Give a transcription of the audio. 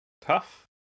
Tough